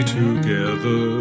together